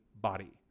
body